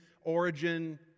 origin